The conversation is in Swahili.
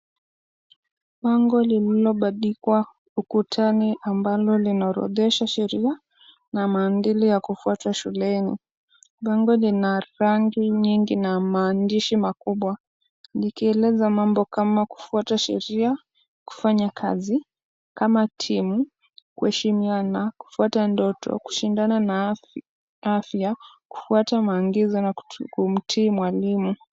Bango lililobandikwa ukutani, ambalo linaorodhesha sheria na maadili ya kufuata shuleni. Bango lina rangi nyingi na maandishi makubwa, likieleza mambo kama kufuata sheria, kufanya kazi kama timu, kuheshimiana, kufuata ndoto, kushindana na afya, kufuata maagizo na kumtii mwalimu.